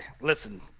listen